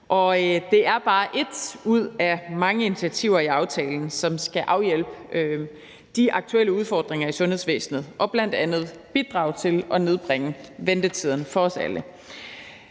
det er bare ét ud af mange initiativer i aftalen, som skal afhjælpe de aktuelle udfordringer i sundhedsvæsenet og bl.a. bidrage til at nedbringe ventetiderne for os alle.